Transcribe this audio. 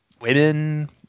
women